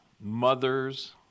Mothers